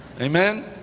Amen